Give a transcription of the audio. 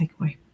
takeaway